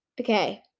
Okay